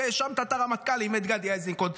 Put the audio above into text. והאשמת את הרמטכ"לים: את גדי איזנקוט,